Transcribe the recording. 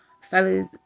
fellas